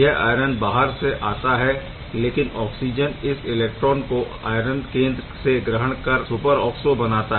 यह इलेक्ट्रॉन बाहर से आता है लेकिन ऑक्सिजन इस इलेक्ट्रॉन को आयरन केंद्र से ग्रहण कर सुपरऑक्सो बनाता है